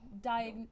died